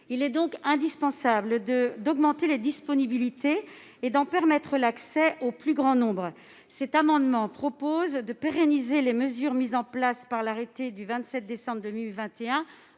Il est donc indispensable d'augmenter les disponibilités de ces tests et d'en permettre l'accès au plus grand nombre. Les auteurs de cet amendement proposent de pérenniser les mesures mises en place par l'arrêté du 27 décembre 2021